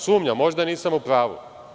Sumnjam, možda nisam u pravu.